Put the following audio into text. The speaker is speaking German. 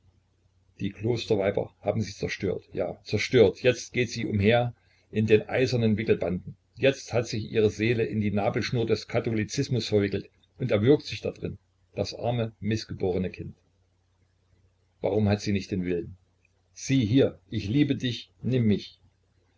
die klosterweiber haben sie zerstört ja zerstört jetzt geht sie herum in den eisernen wickelbanden jetzt hat sich ihre seele in die nabelschnur des katholizismus verwickelt und erwürgt sich drin das arme mißgeborene kind warum hat sie nicht den willen sieh hier ich liebe dich nimm mich